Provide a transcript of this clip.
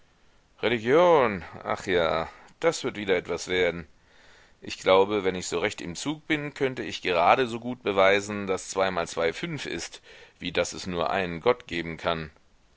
religion ach ja das wird wieder etwas werden ich glaube wenn ich so recht im zug bin könnte ich gerade so gut beweisen daß zweimal zwei fünf ist wie daß es nur einen gott geben kann